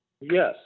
Yes